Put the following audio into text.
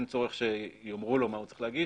צורך שיאמרו לו מה הוא צריך להגיש.